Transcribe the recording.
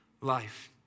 life